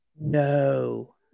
no